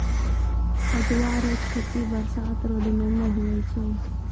पटुआ रो खेती बरसात रो दिनो मे हुवै छै